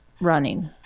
running